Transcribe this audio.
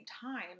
time